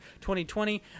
2020